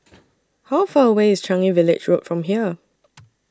How Far away IS Changi Village Road from here